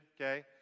okay